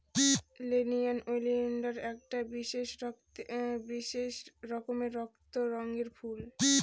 nerium oleander একটা বিশেষ রকমের রক্ত রঙের ফুল